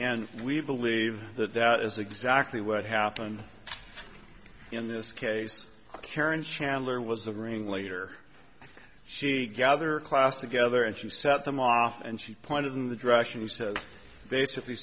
and we believe that that is exactly what happened in this case karen chandler was the ringleader she gathered class together and she set them off and she pointed in the direction he says basically